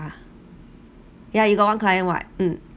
ya you got one client [what] mm